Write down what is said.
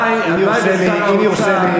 הלוואי ששר האוצר,